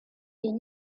des